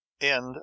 End